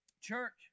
Church